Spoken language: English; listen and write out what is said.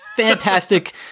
Fantastic